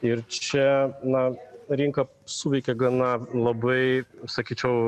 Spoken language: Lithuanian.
ir čia na rinka suveikė gana labai sakyčiau